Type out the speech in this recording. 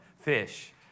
fish